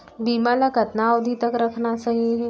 बीमा ल कतना अवधि तक रखना सही हे?